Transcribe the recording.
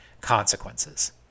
consequences